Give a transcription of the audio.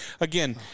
again